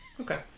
Okay